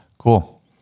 Cool